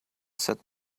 said